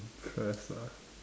impressed ah